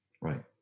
right